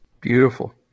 Beautiful